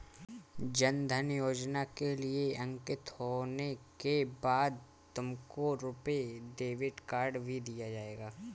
जन धन योजना के लिए अंकित होने के बाद तुमको रुपे डेबिट कार्ड भी दिया जाएगा